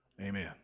Amen